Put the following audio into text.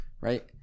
right